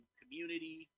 community